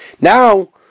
now